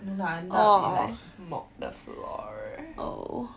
no lah ended up he like mop the floor